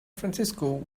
francisco